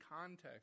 context